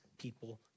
people